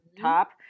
top